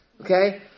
okay